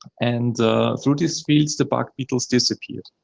and through these fields, the bark beetles disappeared.